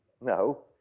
No